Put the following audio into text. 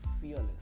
fearless